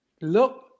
look